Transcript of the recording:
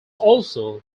also